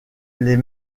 les